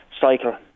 cycle